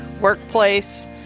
workplace